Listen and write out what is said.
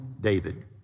David